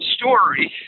story